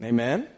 Amen